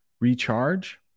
recharge